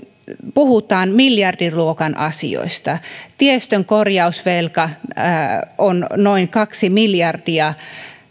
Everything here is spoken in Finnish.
puhutaan miljardiluokan asioista tiestön korjausvelka on noin kaksi miljardia